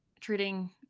treating